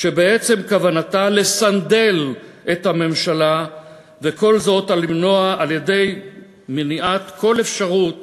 שבעצם כוונתה לסנדל את הממשלה וכל זאת על-ידי מניעת כל אפשרות